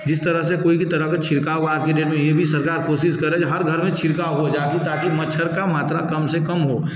जिस तरह से कोई की तरह का छिड़काव आज कि डेट में यह भी सरकार कोशिश करें हर घर छिड़काव हो जो कि ताकि मच्छर का मात्रा कम से कम हो